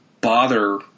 bother